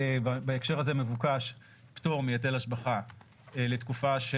בהקשר הזה מבוקש פטור מהיטל השבחה לתקופה,